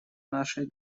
нашей